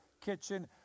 kitchen